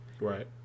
Right